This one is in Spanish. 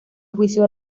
juicio